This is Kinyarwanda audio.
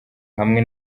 hamwe